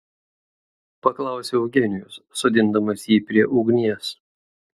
paklausė eugenijus sodindamas jį prie ugnies